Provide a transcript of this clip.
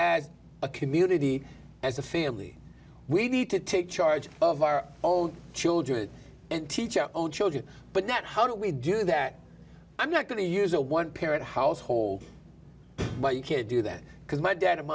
as a community as a family we need to take charge of our own children and teach our own children but that how do we do that i'm not going to use a one parent household but you can't do that because my dad